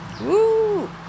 Woo